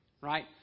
right